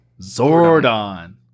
Zordon